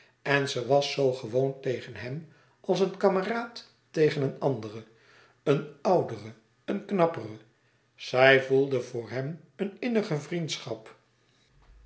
en ze was zo gewoon tegen hem als een kameraad tegen een anderen een ouderen een knapperen zij voelde voor hem een innige vriendschap